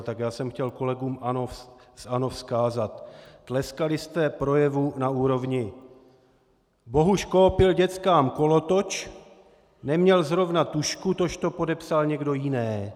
Tak já jsem chtěl kolegům z ANO vzkázat: Tleskali jste projevu na úrovni: Bohuš kópil děckám kolotoč, neměl zrovna tužku, tož to podepsal někdo jiné.